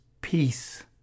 peace